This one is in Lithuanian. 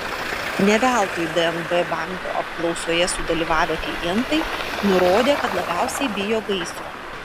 ne veltui dnb banko apklausoje sudalyvavę klientai nurodė kad labiausiai bijo gaisro